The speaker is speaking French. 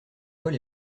voies